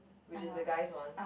which is the guy's one